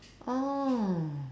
oh